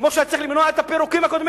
כמו שהיה צריך למנוע את הפירוקים הקודמים.